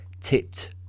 tipped